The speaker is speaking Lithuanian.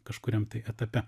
kažkuriam tai etape